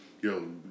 Yo